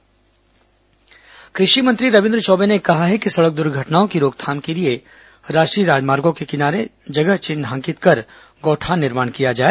कृषि मंत्री समीक्षा कृषि मंत्री रविन्द्र चौबे ने कहा है कि सड़क दुर्घटनाओं की रोकथाम के लिए राष्ट्रीय राजमार्गो के किनारे जगह चिन्हांकित कर गौठान निर्माण किया जाए